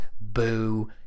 boo